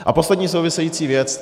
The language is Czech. A poslední související věc.